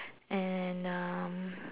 and um